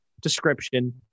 description